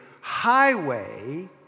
highway